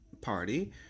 party